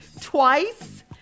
twice